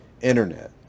internet